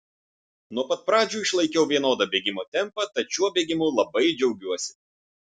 nuo pat pradžių išlaikiau vienodą bėgimo tempą tad šiuo bėgimu labai džiaugiuosi